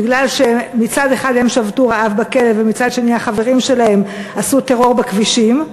בגלל שמצד אחד הם שבתו רעב בכלא ומצד שני החברים שלהם עשו טרור בכבישים.